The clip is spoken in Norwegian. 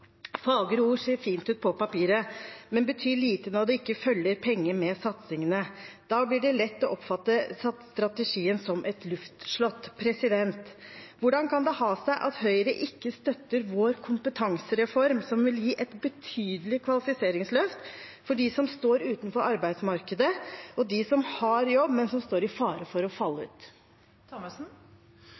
Fagre ord ser fint ut på papiret, men betyr lite når det ikke følger penger med satsingene. Da blir det lett å oppfatte strategien som et luftslott. Hvordan kan det ha seg at Høyre ikke støtter vår kompetansereform, som vil gi et betydelig kvalifiseringsløft for dem som står utenfor arbeidsmarkedet, og dem som har jobb, men som står i fare for å falle ut?